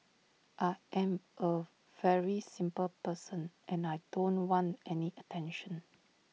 I am A very simple person and I don't want any attention